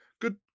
Good